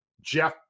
Jeff